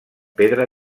pedra